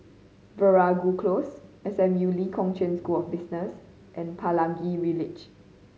Veeragoo Close S M U Lee Kong Chian School of Business and Pelangi Village